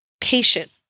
patient